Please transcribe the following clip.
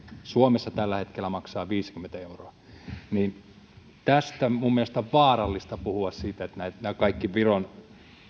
suomessa se tällä hetkellä maksaa viisikymmentä euroa minun mielestäni on vaarallista puhua siitä että nämä että nämä kaikki viron